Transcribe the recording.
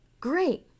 Great